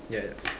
ya ya